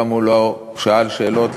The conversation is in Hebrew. הוא גם לא שאל שאלות,